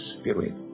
Spirit